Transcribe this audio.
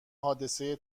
حادثه